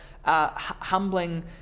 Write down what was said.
humbling